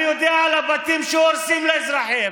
אני יודע על בתים שהורסים לאזרחים,